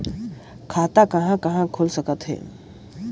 खाता कहा कहा खुल सकथे?